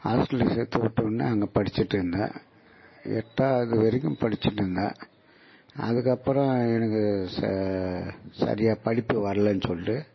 ஹாஸ்டலில் சேர்த்து விட்டோன்னே அங்கே படிச்சுட்ருந்தேன் எட்டாவது வரைக்கும் படிச்சுட்ருந்தேன் அதுக்கப்புறம் எனக்கு ச சரியாக படிப்பு வரலன்னு சொல்லிட்டு